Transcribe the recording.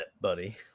buddy